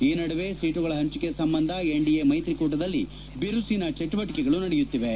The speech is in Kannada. ಈ ನಡುವೆ ಸೀಟುಗಳ ಹಂಚಿಕೆ ಸಂಬಂಧ ಎನ್ಡಿಎ ಮೈತ್ರಿಕೂಟದಲ್ಲಿ ಬಿರುಸಿನ ಚಟುವಟಿಕೆಗಳು ನಡೆಯುತ್ತಿವೆ